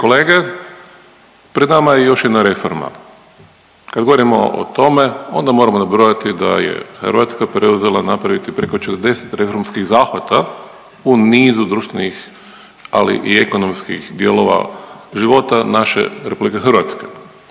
kolege, pred nama je još jedna reforma. Kad govorimo o tome onda moramo nabrojati da je Hrvatska preuzela napravila preko 40 reformskih zahvata u nizu društvenih, ali i ekonomskih dijelova života naše RH.